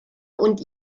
und